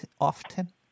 often